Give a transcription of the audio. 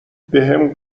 بهم